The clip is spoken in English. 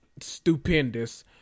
stupendous